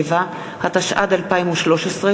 47), התשע"ד 2013,